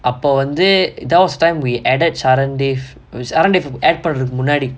அப்ப வந்து:appe vanthu there was time we added sharrondave which sharrondave add பண்றதுக்கு முன்னாடி:pandrathukku munnaadi